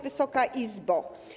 Wysoka Izbo!